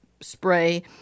spray